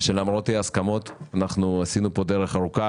שלמרות אי ההסכמות אנחנו עשינו פה דרך ארוכה